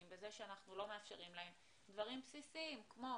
בזה שאנחנו לא מאפשרים להם דברים בסיסיים כמו: